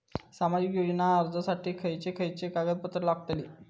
सामाजिक योजना अर्जासाठी खयचे खयचे कागदपत्रा लागतली?